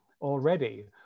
already